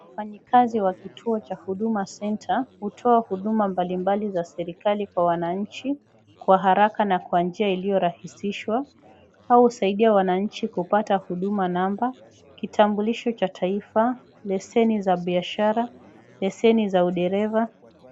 Wafanyikazi wa kituo cha huduma centre, hutoa huduma mbalimbali za serikali kwa wananchi kwa haraka na kwa njia iliyorahisishwa au husaidia wananchi kupata huduma namba, kitambulisho cha taifa, leseni za biashara, leseni za udereva.